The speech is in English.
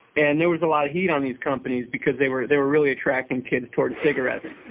and there was a lot of heat on these companies because they were they were really attracting kids toward cigarettes.